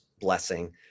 blessing